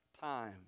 time